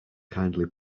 kindly